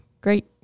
great